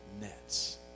nets